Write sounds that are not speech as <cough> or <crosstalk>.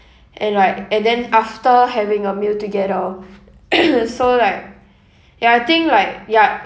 and like and then after having a meal together <coughs> so like ya I think like ya